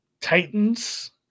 Titans